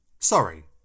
sorry